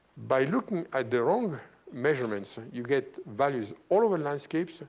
by looking at the wrong measurements, you get values all over landscape. so